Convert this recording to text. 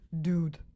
dude